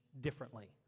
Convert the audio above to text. differently